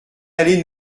allez